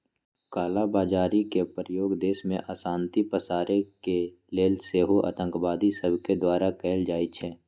कला बजारी के प्रयोग देश में अशांति पसारे के लेल सेहो आतंकवादि सभके द्वारा कएल जाइ छइ